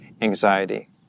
anxiety